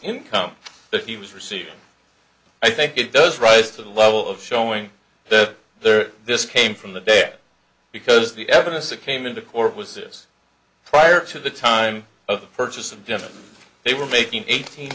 income that he was receiving i think it does rise to the level of showing that there is this came from the day because the evidence that came into court was this prior to the time of purchase and they were making eighteen